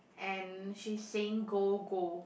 and she's saying go go